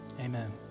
amen